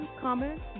comments